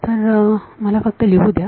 तर मला फक्त लिहून द्या